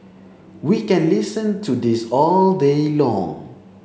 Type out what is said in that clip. we can listen to this all day long